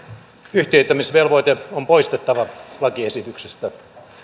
yhtiöittämisvelvoite on poistettava lakiesityksestä